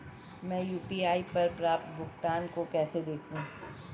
मैं यू.पी.आई पर प्राप्त भुगतान को कैसे देखूं?